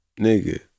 nigga